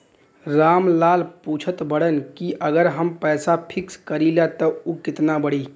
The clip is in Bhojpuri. राम लाल पूछत बड़न की अगर हम पैसा फिक्स करीला त ऊ कितना बड़ी?